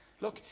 Look